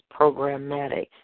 programmatic